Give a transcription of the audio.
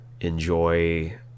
enjoy